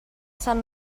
sant